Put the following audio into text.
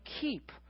keep